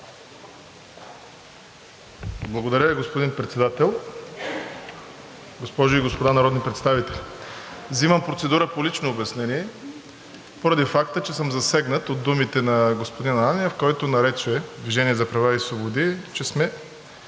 Благодаря, господин Председател. Госпожи и господа народни представители, взимам процедура по лично обяснение поради факта, че съм засегнат от думите на господин Ананиев, който нарече „Движение за права и свободи“, че